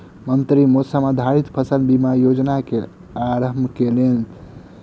मंत्री मौसम आधारित फसल बीमा योजना के आरम्भ केलैन